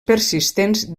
persistents